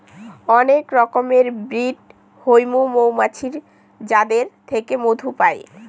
অনেক রকমের ব্রিড হৈমু মৌমাছির যাদের থেকে মধু পাই